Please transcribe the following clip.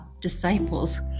disciples